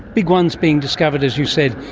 big ones being discovered, as you said,